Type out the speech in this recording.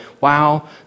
wow